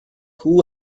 who